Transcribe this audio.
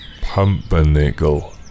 Pumpernickel